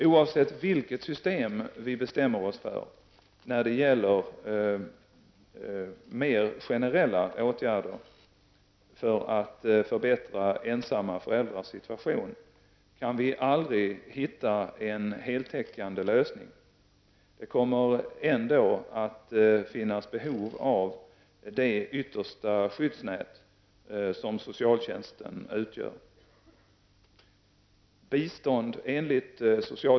Oavsett vilket system vi bestämmer oss för när det gäller mer generella åtgärder för att förbättra ensamma föräldrars situation, kan vi aldrig hitta en heltäckande lösning. Det kommer ändå att finnas behov av det yttersta skyddsnät som socialtjänsten utgör.